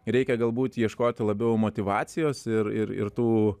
reikia galbūt ieškoti labiau motyvacijos ir ir tų